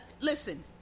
listen